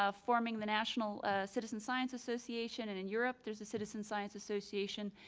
ah forming the national citizen science association, and in europe, there's a citizen science association,